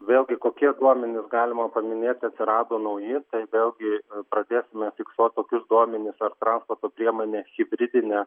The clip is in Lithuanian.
vėlgi kokie duomenys galima paminėti atsirado nauji vėlgi pradėsime fiksuoti tokius duomenis ar transporto priemonė hibridinė